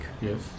Yes